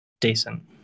Decent